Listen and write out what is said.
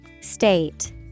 State